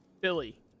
Billy